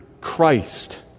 Christ